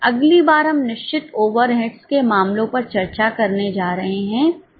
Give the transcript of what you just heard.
अगली बार हम निश्चित ओवरहेड्स के मामलों पर चर्चा करने जा रहे हैं